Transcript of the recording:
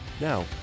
Now